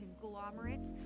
conglomerates